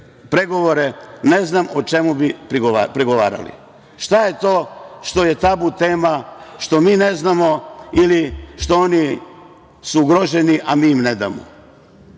pregovore, ne znam o čemu bi pregovarali? Šta je to što je tabu temu, što mi ne znamo ili što oni su ugroženi, a mi im ne